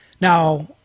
now